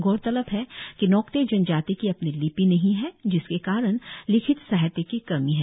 गौरतलब है कि नोक्ते जनजाति की अपनी लिपि नहीं है जिसके कारण लिखित साहित्य की कमी है